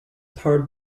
powered